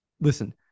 Listen